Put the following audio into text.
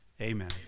amen